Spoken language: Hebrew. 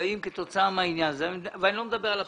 שנפגעים כתוצאה מהעניין הזה ואני לא מדבר על הפרטיים.